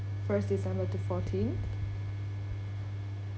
first december to fourteenth